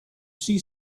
see